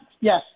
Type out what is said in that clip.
Yes